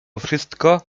wszystko